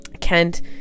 Kent